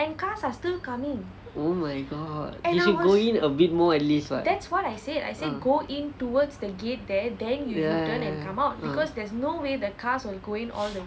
oh my god he should go in a bit more at least what ah ya ya ya ah